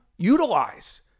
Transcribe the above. utilize